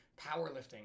powerlifting